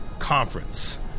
conference